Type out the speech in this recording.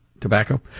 Tobacco